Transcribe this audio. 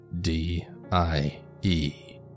D-I-E